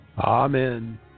Amen